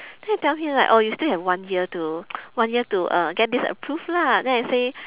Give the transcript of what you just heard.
then I tell him like oh you still have one year to one year to uh get this approved lah then I say